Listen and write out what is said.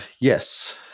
yes